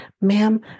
ma'am